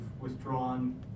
withdrawn